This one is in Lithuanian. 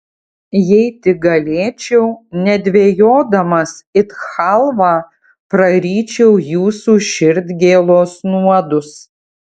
jei tik galėčiau nedvejodamas it chalvą praryčiau jūsų širdgėlos nuodus